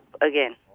again